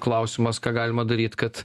klausimas ką galima daryt kad